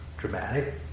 Dramatic